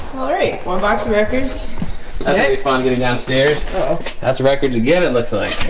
all right, one box and wreckers okay fine getting downstairs that's records again, it looks like